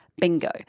Bingo